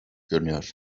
görünüyor